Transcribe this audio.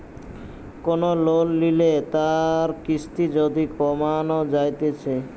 কোন লোন লিলে তার কিস্তি যদি কমানো যাইতেছে